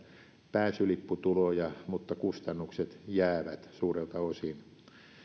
pääsylipputuloja mutta kustannukset jäävät suurelta osin